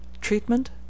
Treatment